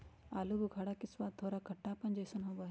आलू बुखारा के स्वाद थोड़ा खट्टापन जयसन होबा हई